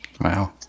Wow